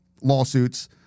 lawsuits